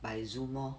by zoom lor